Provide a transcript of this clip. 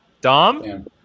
Dom